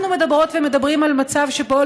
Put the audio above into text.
אנחנו מדברות ומדברים על מצב שבו